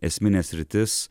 esminė sritis